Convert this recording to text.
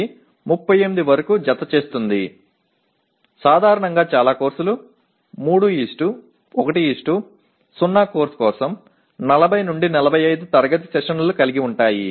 இது 38 வரை சேர்க்கும்போது பொதுவாக 3 1 0 பாடநெறிக்கு 40 முதல் 45 வகுப்பு அமர்வுகள் வரை பெரும்பாலான படிப்புகள் உள்ளன